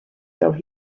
though